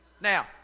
Now